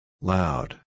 Loud